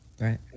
Right